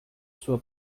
sua